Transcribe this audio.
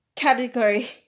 category